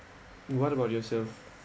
what about yourself